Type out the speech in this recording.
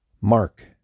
Mark